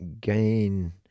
gain